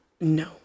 No